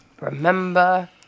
Remember